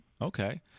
okay